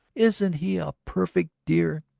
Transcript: isn't he a perfect dear?